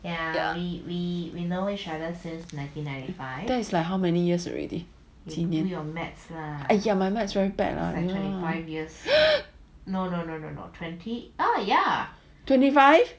that is like how many years already 几年 !aiya! my maths very bad lah oh yeah twenty five